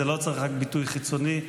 לא צריך רק ביטוי חיצוני,